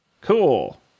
Cool